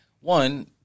One